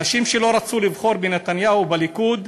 אנשים שלא רצו לבחור בנתניהו ובליכוד,